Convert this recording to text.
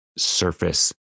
Surface